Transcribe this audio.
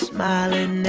Smiling